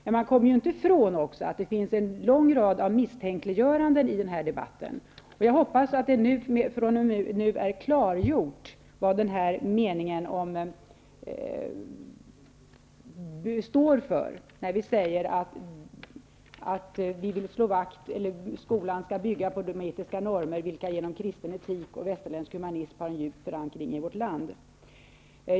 Men det går inte att komma ifrån att det gjorts en lång rad misstänkliggöranden i debatten. Jag hoppas att det fr.o.m. nu är klargjort vad vi står för när vi säger att vi vill slå vakt om att skolan skall bygga på de etiska normer vilka genom kristen etik och västerländsk humanism har en djup förankring i vårt land.